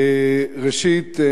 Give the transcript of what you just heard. ראשית,